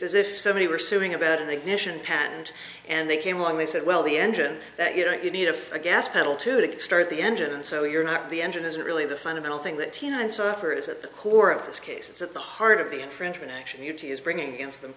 as if somebody were suing about an ignition patent and they came along they said well the engine that you know you need if a gas pedal to to start the engine and so you're not the engine isn't really the fundamental thing that teen and software is at the core of this case it's at the heart of the infringement action u t is bringing against them